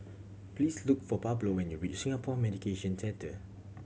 please look for Pablo when you reach Singapore Mediation Centre